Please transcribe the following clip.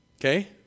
Okay